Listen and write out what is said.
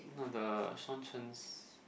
no the Shawn-Chen's